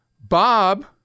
Bob